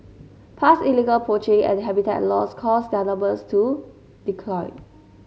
past illegal poaching and habitat loss caused their numbers to decline